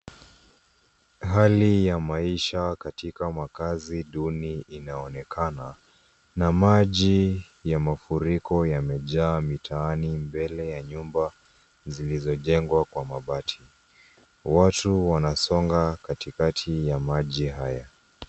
Hali ya maisha katika makazi duni inaonekana na maji ya mafuriko yamejaa mitaani mbele ya nyumba zilizojengwa kwa mabati, watu wanasonga katikati ya maji haya.